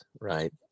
right